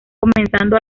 comenzando